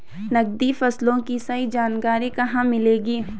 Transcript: नकदी फसलों की सही जानकारी कहाँ मिलेगी?